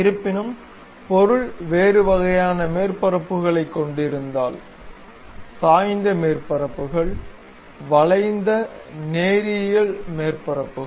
இருப்பினும் பொருள் வேறு வகையான மேற்பரப்புகளைக் கொண்டிருந்தால் சாய்ந்த மேற்பரப்புகள் வளைந்த நேரியல் மேற்பரப்புகள்